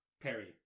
Perry